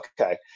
Okay